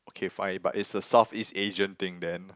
okay fine but it's a Southeast Asian thing then